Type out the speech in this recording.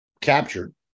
captured